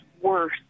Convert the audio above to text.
worse